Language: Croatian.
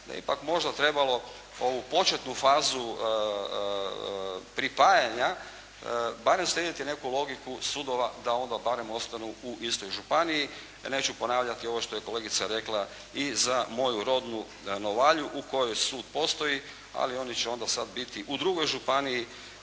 ipak možda trebalo ovu početnu fazu pripajanja, barem slijediti neku logiku sudova da onda barem ostanu u istoj županiji i neću ponavljati ovo što je kolegica rekla i za moju rodnu Novalju u kojoj sud postoji, ali oni će onda sada biti u drugoj županiji